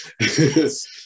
yes